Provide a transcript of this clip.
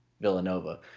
Villanova